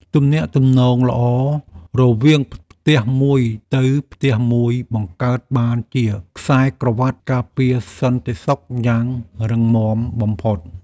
ទំនាក់ទំនងល្អរវាងផ្ទះមួយទៅផ្ទះមួយបង្កើតបានជាខ្សែក្រវាត់ការពារសន្តិសុខយ៉ាងរឹងមាំបំផុត។